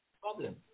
Problem